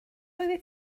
oeddet